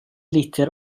litr